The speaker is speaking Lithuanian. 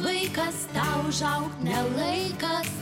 laikas užaugt ne laikas